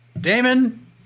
Damon